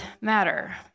matter